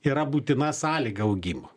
yra būtina sąlyga augimo